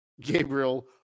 Gabriel